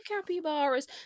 Capybaras